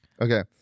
Okay